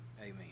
amen